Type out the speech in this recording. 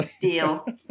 deal